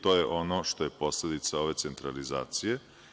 To je ono što je posledica ove centralizacije.